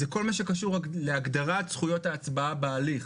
זה כל מה שקשור רק להגדרת זכויות ההצבעה בהליך.